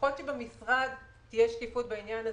לפחות שבמשרד תהיה שקיפות בעניין הזה.